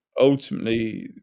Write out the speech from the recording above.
ultimately